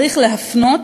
צריך להפנות,